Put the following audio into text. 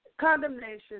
Condemnation